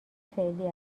فعلی